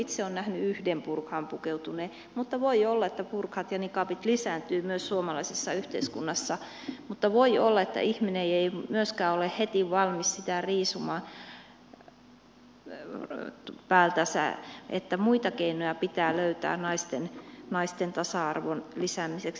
itse olen nähnyt yhden burkaan pukeutuneen mutta voi olla että burkat ja niqabit lisääntyvät myös suomalaisessa yhteiskunnassa mutta voi olla että ihminen ei myöskään ole heti valmis sitä riisumaan päältänsä että muita keinoja pitää löytää naisten tasa arvon lisäämiseksi